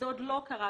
זה עוד לא קרה.